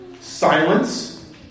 Silence